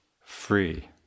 free